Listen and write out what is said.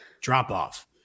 drop-off